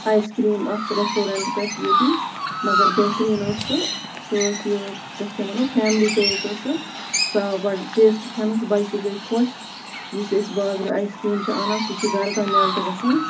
آیِس cream اَکھ restaurant پٮ۪ٹھ ییٚتی مگر بہتریٖن ٲس سُہ سُہ ٲس یہِ تَتھ کیا وَنو فیملی پیک ٲس سُہ سُہ آو بَڑٕ ٹیسٹ کھٮ۪نَس بَچہِ تہِ گٔے خۄش یُس أسۍ بازرٕ آیِس کرٛیٖم چھِ اَنان سُہ چھِ گَرٕ تام میلٹ گژھان